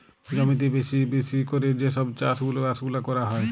জমিতে বেশি বেশি ক্যরে যে সব চাষ বাস গুলা ক্যরা হ্যয়